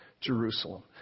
Jerusalem